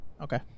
Okay